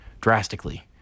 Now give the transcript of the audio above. drastically